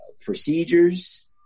procedures